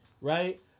Right